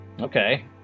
okay